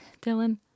Dylan